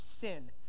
sin